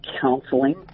counseling